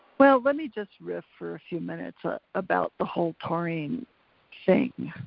well, let me just riff for a few minutes ah about the whole taurine thing.